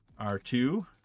R2